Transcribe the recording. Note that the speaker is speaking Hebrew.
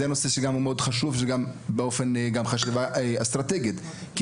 זה נושא שהוא גם מאוד חשוב גם בחשיבה האסטרטגית על השלב הזה.